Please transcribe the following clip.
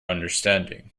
understanding